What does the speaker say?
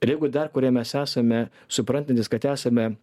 ir jeigu dar kurie mes esame suprantantys kad esame